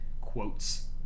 quotes